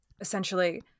essentially